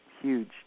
huge